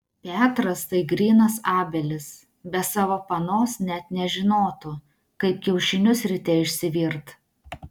petras tai grynas abelis be savo panos net nežinotų kaip kiaušinius ryte išsivirt